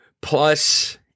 plus